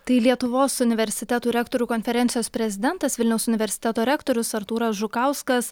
tai lietuvos universitetų rektorių konferencijos prezidentas vilniaus universiteto rektorius artūras žukauskas